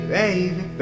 baby